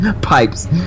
pipes